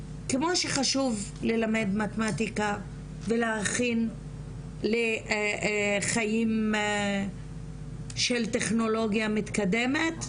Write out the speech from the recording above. כמו שחשוב ללמד מתמטיקה ולהכין לחיים של טכנולוגיה מתקדמת,